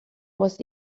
was